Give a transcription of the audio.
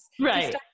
right